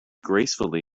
gracefully